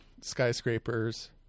skyscrapers